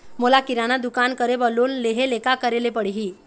मोला किराना दुकान करे बर लोन लेहेले का करेले पड़ही?